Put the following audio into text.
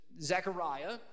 Zechariah